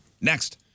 Next